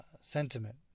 sentiment